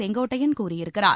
செங்கோட்டையன் கூறியிருக்கிறார்